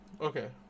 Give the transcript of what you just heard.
Okay